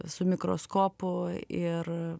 su mikroskopu ir